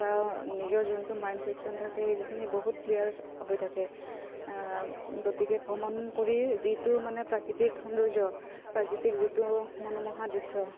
বা নিজৰ যোনটো মাইণ্ড ফেকশ্যন থাকে সেইখিনি বহুত ক্লিয়াৰ হৈ থাকে গতিকে ভ্ৰমণ কৰি যিটো মানে প্ৰাকৃতিক সৌন্দৰ্য প্ৰাকৃতিক যিটো মনোমোহা দৃশ্য